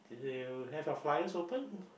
you have your flyers open